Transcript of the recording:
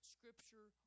scripture